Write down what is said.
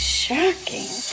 shocking